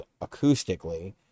acoustically